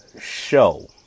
Show